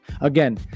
Again